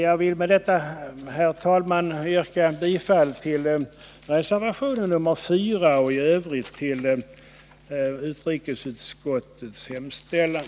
Jag vill med detta, herr talman, yrka bifall till reservationen nr 4 och i Övrigt till utrikesutskottets hemställan.